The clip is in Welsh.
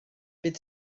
bydd